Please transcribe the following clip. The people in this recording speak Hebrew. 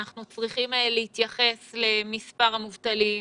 אנחנו צריכים להתייחס למספר המובטלים,